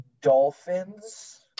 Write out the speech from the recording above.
dolphins